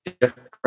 different